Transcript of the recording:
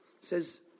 says